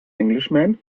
englishman